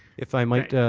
if i might,